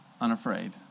unafraid